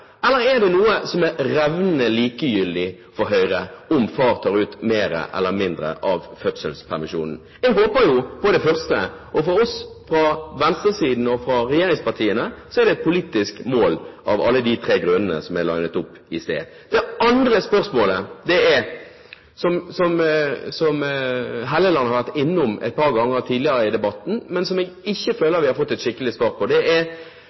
eller er det revnende likegyldig for Høyre om far tar ut mer eller mindre av fødselspermisjonen? Jeg håper på det første. For oss fra venstresiden og fra regjeringspartiene er dette et politisk mål, av alle de tre grunnene som jeg «linet opp» i sted. Det andre spørsmålet, som representanten Hofstad Helleland har vært innom et par ganger tidligere i debatten, men som jeg ikke føler vi har fått et skikkelig svar på, dreier seg om at erfaringen i Danmark er at det er